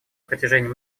протяжении